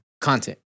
content